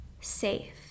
safe